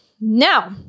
Now